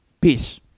Peace